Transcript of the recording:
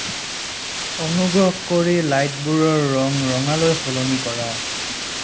অনুগ্ৰহ কৰি লাইটবোৰৰ ৰং ৰঙালৈ সলনি কৰা